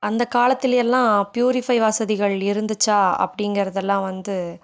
அந்த காலத்திலே எல்லாம் பியூரிஃபை வசதிகள் இருந்துச்சா அப்படிங்கிறதெல்லாம் வந்து